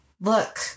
look